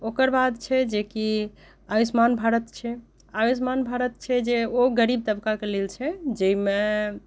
ओकर बाद छै जेकि आयुष्मान भारत छै आयुष्मान भारत छै जे ओ गरीब तबकाके लेल छै जाहिमे